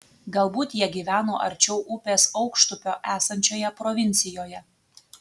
galbūt jie gyveno arčiau upės aukštupio esančioje provincijoje